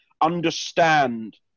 understand